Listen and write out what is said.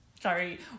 Sorry